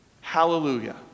hallelujah